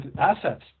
assets